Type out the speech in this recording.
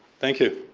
thank you.